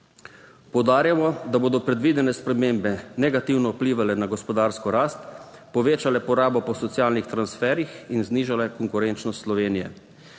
Poudarjamo, da bodo predvidene spremembe negativno vplivale na gospodarsko rast, povečale porabo po socialnih transferjih in znižale konkurenčnost Slovenije.